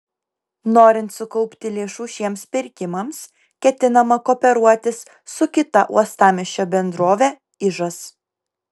norint sukaupti lėšų šiems pirkimams ketinama kooperuotis su kita uostamiesčio bendrove ižas